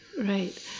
Right